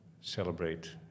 celebrate